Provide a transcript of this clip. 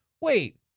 wait